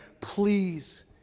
please